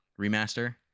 remaster